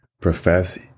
profess